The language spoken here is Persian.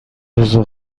رضا